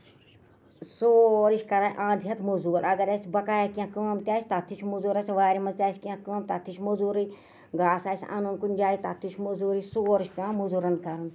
سورُے چھِ کران اَند ہیتھ موزوٗر اَگر اَسہِ بَقایا کیٚںہہ کٲم تہِ آسہِ تَتھ تہِ چھُ موزوٗر اَسہِ وارِ منٛز تہِ آسہِ کیٚنٛہہ کٲم تَتھ تہِ چھِ موزوٗرٕے گاسہٕ آسہِ اَنُن کُنہِ جایہِ تَتھ تہِ چھُ موزوٗرٕے سورُے چھُ پیوان موزُرن کَرُن